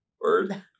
word